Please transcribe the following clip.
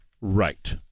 right